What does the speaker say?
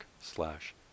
slash